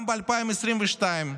גם ב-2022,